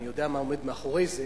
אני יודע מה עומד מאחורי זה,